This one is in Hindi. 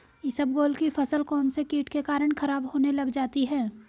इसबगोल की फसल कौनसे कीट के कारण खराब होने लग जाती है?